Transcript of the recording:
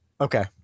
Okay